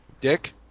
dick